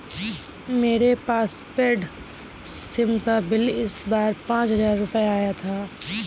मेरे postpaid SIM का bill इस बार पाँच हजार रुपए आया था